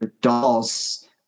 dolls